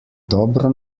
dobro